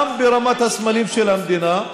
גם ברמת הסמלים של המדינה,